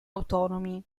autonomi